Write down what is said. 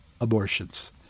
abortions